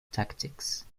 tactics